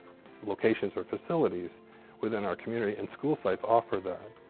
locations or facilities within our community and school sites offer that.